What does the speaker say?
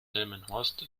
delmenhorst